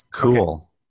Cool